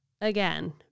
Again